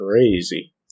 crazy